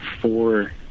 four